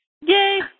Yay